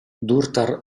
durtar